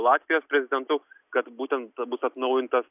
latvijos prezidentu kad būtent bus atnaujintas